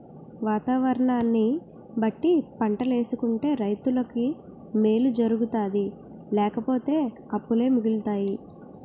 వాతావరణాన్ని బట్టి పంటలేసుకుంటే రైతులకి మేలు జరుగుతాది లేపోతే అప్పులే మిగులుతాయి